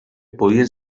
podien